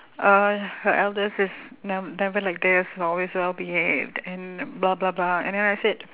uh her elder sis ne~ never like this always well behaved and blah blah blah and then I said